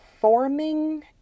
forming